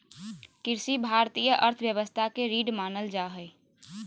कृषि भारतीय अर्थव्यवस्था के रीढ़ मानल जा हइ